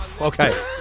Okay